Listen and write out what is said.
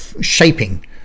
shaping